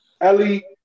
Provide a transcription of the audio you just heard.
Ellie